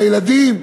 לילדים,